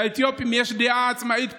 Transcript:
לאתיופים יש דעה עצמאית פוליטית.